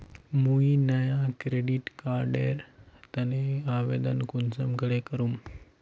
मुई नया debit card एर तने आवेदन कुंसम करे करूम?